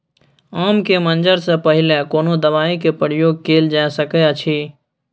आम के मंजर से पहिले कोनो दवाई के प्रयोग कैल जा सकय अछि?